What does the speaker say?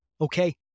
Okay